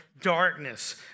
darkness